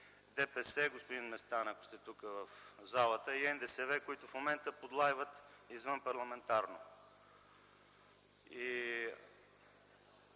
ДПС, господин Местан, ако сте тук в залата, и НДСВ, които в момента подлайват извънпарламентарно.